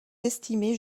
estimées